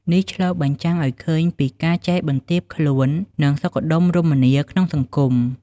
នេះឆ្លុះបញ្ចាំងឱ្យឃើញពីការចេះបន្ទាបខ្លួន និងសុខដុមរមនាក្នុងសង្គម។